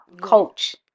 Coach